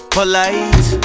Polite